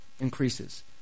increases